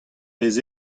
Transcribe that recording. vez